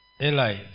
Eli